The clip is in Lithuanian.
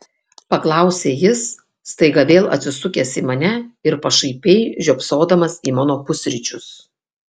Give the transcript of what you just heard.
paklausė jis staiga vėl atsisukęs į mane ir pašaipiai žiopsodamas į mano pusryčius